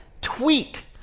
tweet